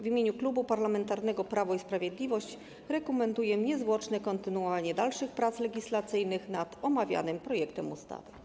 W imieniu Klubu Parlamentarnego Prawo i Sprawiedliwość rekomenduję niezwłoczne kontynuowanie dalszych prac legislacyjnych nad omawianym projektem ustawy.